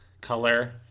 color